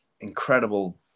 incredible